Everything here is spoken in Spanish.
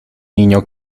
niño